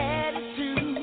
attitude